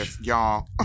y'all